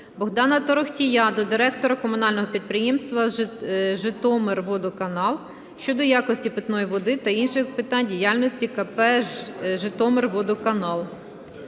Богдана Торохтія до директора Комунального підприємства "Житомирводоканал" щодо якості питної води та інших питань діяльності КП "Житомирводоканал".